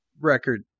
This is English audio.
record